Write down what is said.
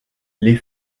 les